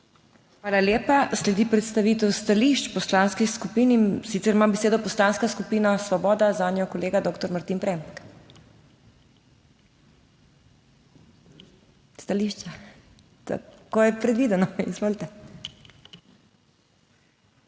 Hvala lepa. Sledi predstavitev stališč poslanskih skupin, In sicer ima besedo Poslanska skupina Svoboda, zanjo kolega doktor Martin Premk. Stališča, tako je predvideno. Izvolite.